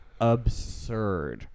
absurd